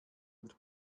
und